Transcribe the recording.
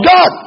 God